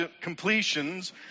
completions